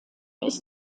ist